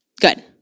Good